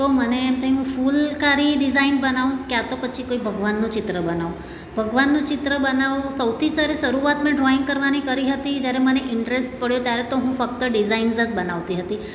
તો મને એમ થયું હું ફૂલકારી ડીઝાઇન બનાવું ક્યાં તો પછી કોઈ ભગવાનનું ચિત્ર બનાવું ભગવાનનું ચિત્ર બનાવવું સૌથી સરસ શરૂઆતમાં ડ્રોઈંગ કરવાની કરી હતી ત્યારે મને ઇન્ટરેસ્ટ પડ્યો ત્યારે તો હું ફક્ત ડીઝાઇન્સ જ બનાવતી હતી